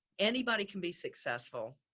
anybody can be successful.